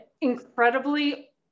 incredibly